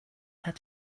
had